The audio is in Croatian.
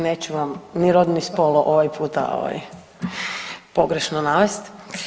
Neću vam ni rod, ni spol ovoga puta pogrešno navesti.